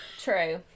True